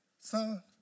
Son